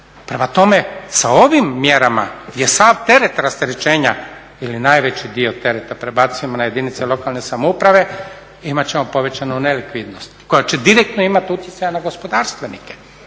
Prema tome, sa ovim mjerama gdje sav teret rasterećenja ili najveći dio tereta prebacujemo na jedinice lokalne samouprave imat ćemo povećanu nelikvidnost koja će direktno imati utjecaja na gospodarstvenike.